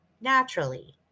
naturally